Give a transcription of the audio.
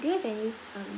do you have any um